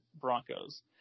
Broncos